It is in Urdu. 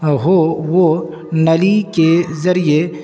ہو وہ نلی کے ذریعے